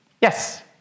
Yes